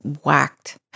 whacked